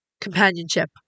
companionship